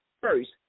first